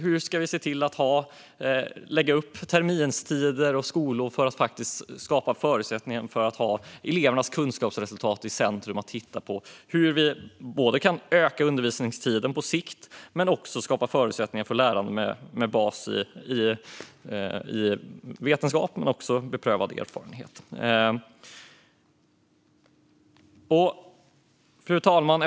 Hur ska vi se till att lägga upp terminstider och skollov för att skapa förutsättningar för att ha elevernas kunskapsresultat i centrum? Hur kan vi öka undervisningstiden på sikt och samtidigt skapa förutsättningar för lärande med bas i både vetenskap och beprövad erfarenhet? Fru talman!